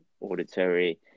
auditory